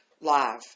Live